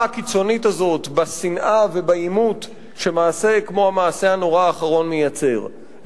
הקיצונית הזאת בשנאה ובעימות שמעשה כמו המעשה הנורא האחרון מייצר,